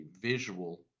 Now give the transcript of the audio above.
visual